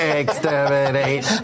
exterminate